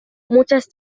muchas